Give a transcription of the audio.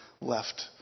left